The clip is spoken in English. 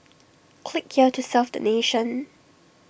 click here to serve the nation